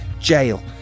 jail